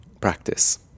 practice